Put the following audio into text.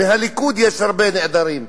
מהליכוד הרבה נעדרים,